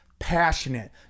passionate